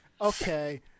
Okay